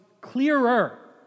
clearer